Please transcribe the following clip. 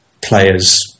players